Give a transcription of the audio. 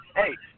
hey